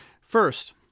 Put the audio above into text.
First